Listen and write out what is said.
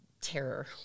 terror